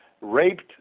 raped